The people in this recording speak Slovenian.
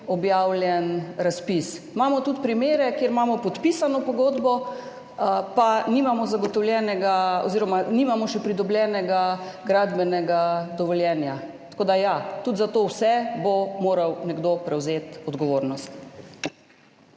objavljen razpis. Imamo tudi primere, kjer imamo podpisano pogodbo, pa še nimamo pridobljenega gradbenega dovoljenja. Tako da ja, tudi za vse to bo moral nekdo prevzeti odgovornost.